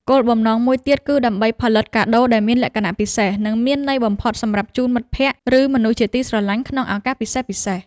គោលបំណងមួយទៀតគឺដើម្បីផលិតកាដូដែលមានលក្ខណៈពិសេស និងមានន័យបំផុតសម្រាប់ជូនមិត្តភក្តិ ឬមនុស្សជាទីស្រឡាញ់ក្នុងឱកាសពិសេសៗ។